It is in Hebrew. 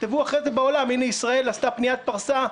יכתבו אחרי זה בעולם: הנה ישראל עשתה פניית פרסה,